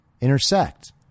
intersect